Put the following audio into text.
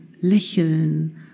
Lächeln